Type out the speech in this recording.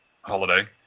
holiday